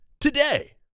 Today